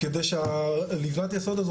אמצעים ומשאבים כדי שלבנת היסוד הזאת